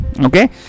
okay